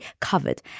covered